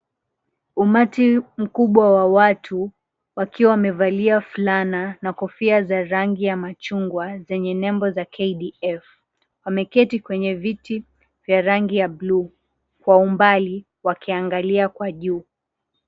Umati mkubwa wa watu, wakiwa wamevalia fulana na kofia za rangi ya machungwa zenye nembo za KDF, wameketi kwenye viti vya rangi ya bluu kwa umbali wakiangalia kwa juu.